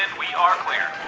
and we are clear